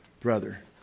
brother